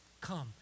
come